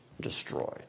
destroyed